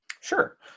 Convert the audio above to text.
Sure